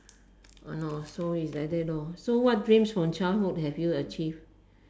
!hannor! so like that lor so what dreams from childhood have you achieved